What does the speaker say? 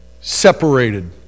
separated